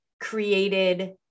created